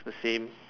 the same